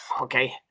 Okay